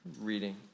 reading